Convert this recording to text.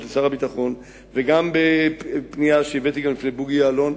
לשר הביטחון וגם בפנייה שהבאתי בפני בוגי יעלון,